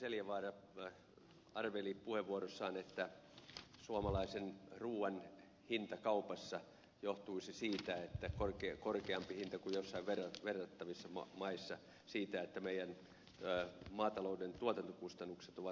asko seljavaara arveli puheenvuorossaan että se että suomalaisen ruuan hinta kaupassa on korkeampi kuin on ruuan hinta joissain verrattavissa maissa johtuisi siitä että meillä maatalouden tuotantokustannukset ovat korkeammat